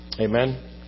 Amen